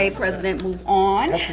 ah president, move on.